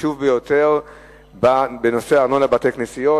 חשוב ביותר בנושא ארנונה לבתי-כנסיות.